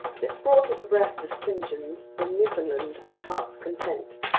this brought it abreast of st. john's in newfoundland and heart's content,